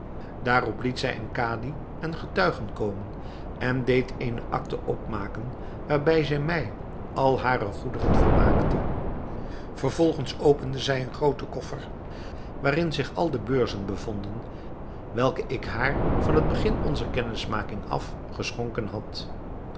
daarop liet zij een kadi en getuigen komen en deed eene acte opmaken waarbij zij mij al hare goederen vermaakte vervolgens opende zij een groote koffer waarin zich al de beurzen bevonden welke ik haar van het begin onzer kennismaking af geschonken had